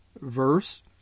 verse